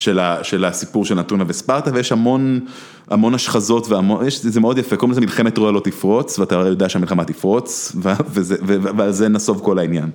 ‫של הסיפור של אתונה וספרטה, ‫ויש המון השחזות, ‫זה מאוד יפה, ‫קוראים לזה מלחמת טרויה לא תפרוץ, ‫ואתה יודע שהמלחמה תפרוץ, ‫ועל זה נסוב כל העניין.